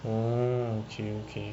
orh okay okay